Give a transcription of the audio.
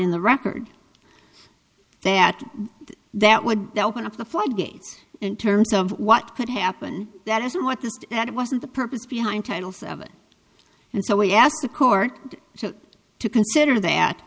in the record that that would open up the floodgates in terms of what could happen that isn't what this that it wasn't the purpose behind titles of it and so we asked the court to consider that